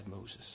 Moses